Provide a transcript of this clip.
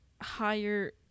higher